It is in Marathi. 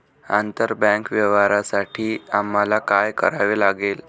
आंतरबँक व्यवहारांसाठी आम्हाला काय करावे लागेल?